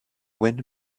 wind